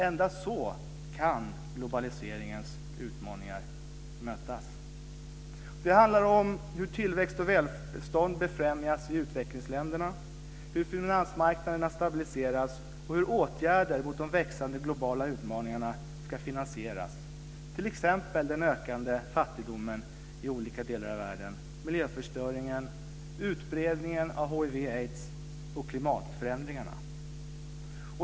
Endast så kan globaliseringens utmaningar mötas. Det handlar om hur tillväxt och välstånd befrämjas i utvecklingsländerna, hur finansmarknaderna stabiliseras och hur åtgärder mot de växande globala utmaningarna ska finansieras, t.ex. den ökande fattigdomen i olika delar av världen, miljöförstöringen, utbredningen av hiv/aids och klimatförändringarna.